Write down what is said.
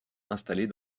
installée